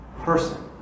person